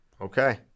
okay